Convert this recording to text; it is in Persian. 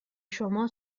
شما